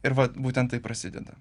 ir vat būtent taip prasideda